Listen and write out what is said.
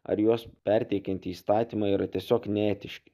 ar juos perteikiantį įstatymai yra tiesiog neetiški